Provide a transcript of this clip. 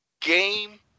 game